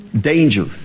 danger